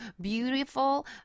beautiful